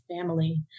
family